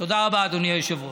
תודה רבה, אדוני היושב-ראש.